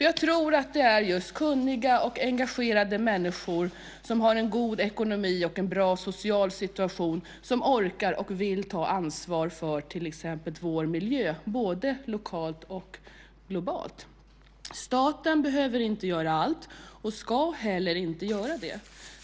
Jag tror att det är just kunniga och engagerade människor som har en god ekonomi och en bra social situation som orkar och vill ta ansvar för vår miljö, både lokalt och globalt. Staten behöver inte göra allt och ska inte heller göra det.